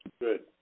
Good